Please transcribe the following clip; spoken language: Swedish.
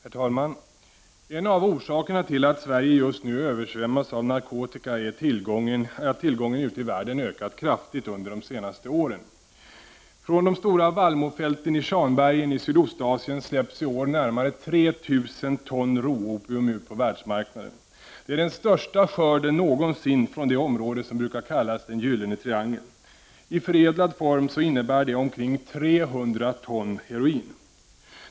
Herr talman! En av orsakerna till att Sverige just nu översvämmas av narkotika är att tillgången ute i världen ökat kraftigt under det senaste året. Från de stora vallmofälten i Shanbergen i Sydostasien släpps i år närmare 3000 ton råopium ut på världsmarknaden. Det är den största skörden någonsin från det område som brukar kallas Den gyllene triangeln. Det innebär omkring 300 ton heroin i förädlad form.